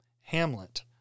Hamlet